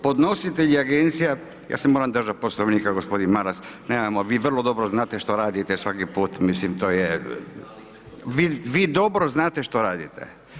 Podnositelj je agencija … [[Upadica se ne čuje.]] Ja se moram držat Poslovnika gospodin Maras, nemamo, vi vrlo dobro znate što radite svaki put, mislim to je, vi dobro znate što radite.